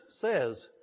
says